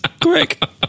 Quick